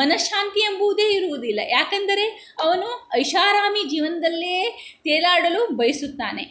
ಮನಃಶಾಂತಿ ಎಂಬುವುದೇ ಇರುವುದಿಲ್ಲ ಯಾಕಂದರೆ ಅವನು ಐಷಾರಾಮಿ ಜೀವನದಲ್ಲಿಯೇ ತೇಲಾಡಲು ಬಯಸುತ್ತಾನೆ